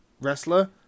wrestler